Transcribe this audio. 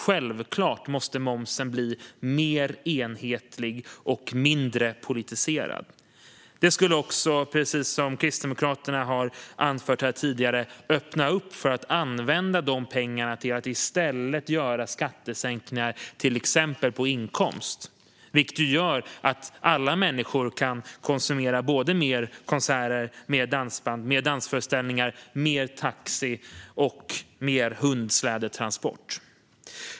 Självklart måste momsen bli mer enhetlig och mindre politiserad. Det skulle också, som Kristdemokraterna tidigare anförde, öppna upp för att man kan använda dessa pengar till att i stället göra skattesänkningar på exempelvis inkomst. Det skulle göra att alla människor kan konsumera fler konserter, dansbandsföreställningar och dansföreställningar och mer taxi och hundslädetransport.